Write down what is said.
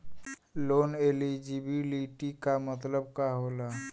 Loan eligibility का मतलब का होला?